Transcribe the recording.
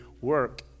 work